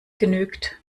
genügt